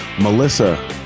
Melissa